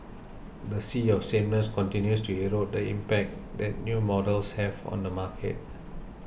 the sea of sameness continues to erode the impact that new models have on the market